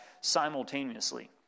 simultaneously